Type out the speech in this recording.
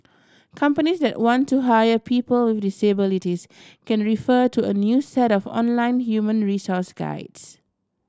companies that want to hire people with disabilities can refer to a new set of online human resource guides